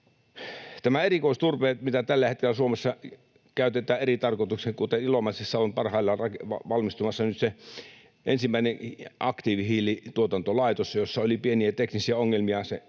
tämä erikoisturve, mitä tällä hetkellä Suomessa käytetään eri tarkoituksiin. Ilomantsissa on parhaillaan valmistumassa nyt se ensimmäinen aktiivihiilituotantolaitos, jossa oli pieniä teknisiä ongelmia uuden